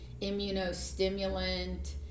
immunostimulant